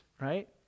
right